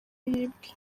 yibwe